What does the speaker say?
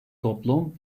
toplum